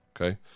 okay